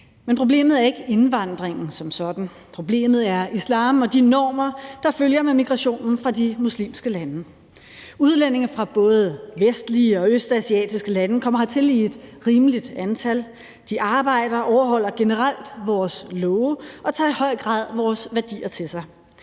Men problemet er ikke indvandringen som sådan, problemet er islam og de normer, der følger med migrationen fra de muslimske lande. Udlændinge fra både vestlige og østasiatiske lande kommer hertil i et rimeligt antal, de arbejder og overholder generelt vores love og tager i høj grad vores værdier til sig.